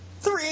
Three